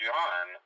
John